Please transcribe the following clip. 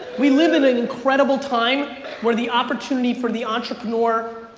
we live in an incredible time where the opportunity for the entrepreneur,